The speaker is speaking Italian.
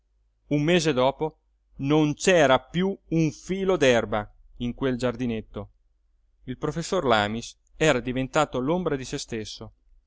un mese dopo non c'era piú un filo d'erba in quel giardinetto il professor lamis era diventato l'ombra di se stesso